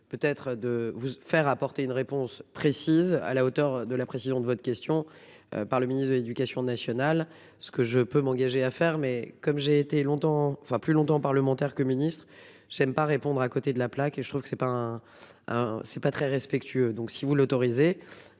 peut être de vous faire à apporter une réponse précise à la hauteur de la précision de votre question par le ministre de l'Éducation nationale. Ce que je peux m'engager à faire mais comme j'ai été longtemps enfin plus longtemps parlementaire que ministre j'aime pas répondre à côté de la plaque et je trouve que c'est pas. Hein c'est pas très respectueux. Donc si vous l'autorisez,